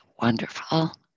wonderful